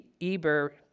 Eber